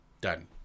Done